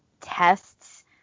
tests